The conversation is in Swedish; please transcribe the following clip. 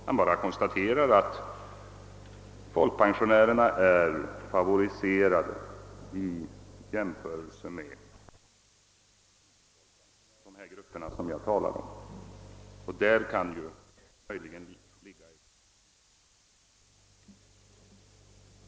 Han har bara sagt att folkpensionärerna är favoriserade i jämförelse med de grupper som jag har talat om; där kan möjligen ligga ett medgivande.